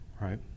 right